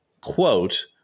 quote